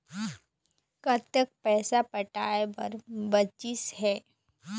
कतक पैसा पटाए बर बचीस हे?